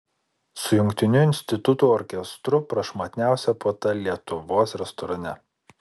su jungtiniu institutų orkestru prašmatniausia puota lietuvos restorane